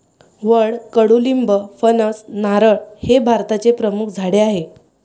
वड, कडुलिंब, फणस, नारळ हे भारताचे प्रमुख झाडे आहे